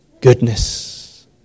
Goodness